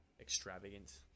extravagant